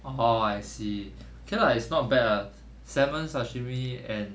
orh I see okay lah it's not bad ah salmon sashimi and